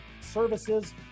services